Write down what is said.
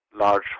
large